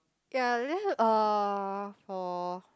ya there uh for